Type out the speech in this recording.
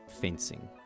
fencing